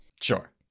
Sure